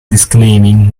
disclaiming